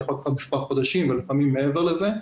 זה יכול לקחת כמה חודשים ולפעמים מעבר לזה.